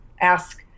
ask